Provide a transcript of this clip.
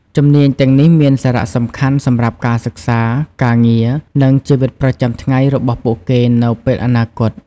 ជំនាញទាំងនេះមានសារៈសំខាន់សម្រាប់ការសិក្សា ការងារ និងជីវិតប្រចាំថ្ងៃរបស់ពួកគេនៅពេលអនាគត។